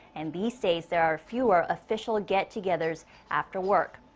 and these days there are fewer official get-togethers after work.